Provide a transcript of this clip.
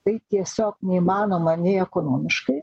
tai tiesiog neįmanoma nei ekonomiškai